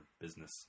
business